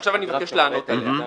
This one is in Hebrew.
ועכשיו אני מבקש לענות עליה.